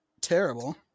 terrible